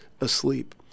asleep